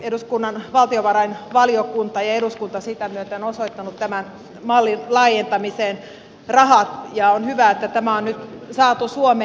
eduskunnan valtiovarainvaliokunta ja eduskunta sitä myöten on osoittanut tämän mallin laajentamiseen rahat ja on hyvä että tämä on nyt saatu suomeen